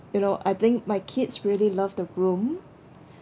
you know I think my kids really loved the room